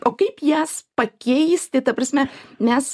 o kaip jas pakeisti ta prasme mes